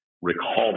recall